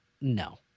No